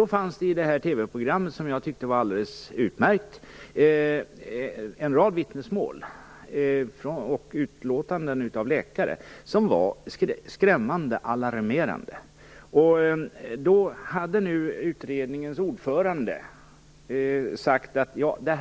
Det gavs i TV-programmet, som jag tyckte var alldeles utmärkt, en rad vittnesmål och utlåtanden av läkare som var skrämmande alarmerande. Om utredningens ordförande då hade sagt att man